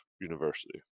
university